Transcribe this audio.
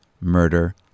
murder